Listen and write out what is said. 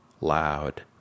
loud